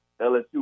LSU